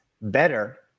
better